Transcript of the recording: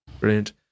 Brilliant